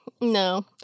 no